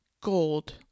gold